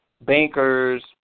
bankers